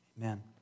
amen